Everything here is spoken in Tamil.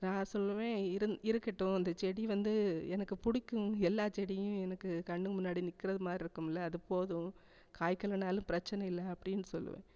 நான் சொல்லுவேன் இருந் இருக்கட்டும் இந்த செடி வந்து எனக்கு பிடிக்கும் எல்லா செடியும் எனக்கு கன்று முன்னாடி நிற்கிறது மாதிரி இருக்கும்ல அது போதும் காய்களானாலும் பிரச்சனை இல்லை அப்படின்னு சொல்லுவேன்